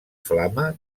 flama